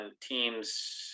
teams